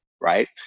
right